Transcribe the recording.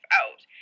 out